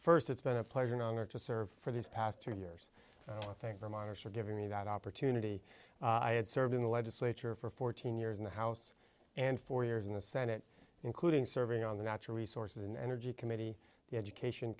first it's been a pleasure an honor to serve for these past three years i think vermonters for giving me that opportunity i had served in the legislature for fourteen years in the house and four years in the senate including serving on the natural resources and energy committee the education